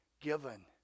given